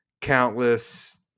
countless